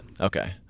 okay